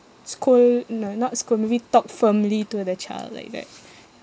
scold n~ not scold maybe talk firmly to the child like that